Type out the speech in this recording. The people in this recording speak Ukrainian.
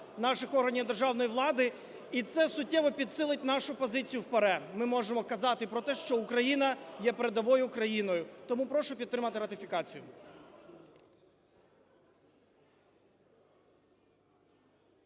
наших органів державної влади. І це суттєво підсилить нашу позицію в ПАРЄ. Ми можемо казати про те, що Україна є передовою країною. Тому прошу підтримати ратифікацію.